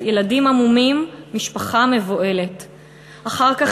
ילדים המומים / משפחה מבוהלת// אחר כך,